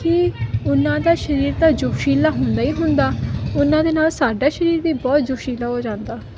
ਕਿ ਉਹਨਾਂ ਦਾ ਸਰੀਰ ਤਾਂ ਜੋਸ਼ੀਲਾ ਹੁੰਦਾ ਹੀ ਹੁੰਦਾ ਉਹਨਾਂ ਦੇ ਨਾਲ ਸਾਡਾ ਸਰੀਰ ਵੀ ਬਹੁਤ ਜੋਸ਼ੀਲਾ ਹੋ ਜਾਂਦਾ